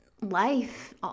life